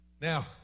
Now